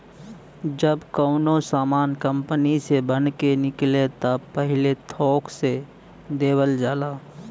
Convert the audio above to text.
जब कउनो सामान कंपनी से बन के निकले त पहिले थोक से देवल जाला